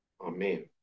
amen